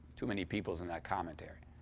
too many peoples in that commentary.